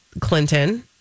Clinton—